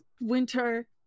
winter